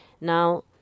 now